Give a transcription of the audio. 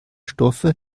stoffe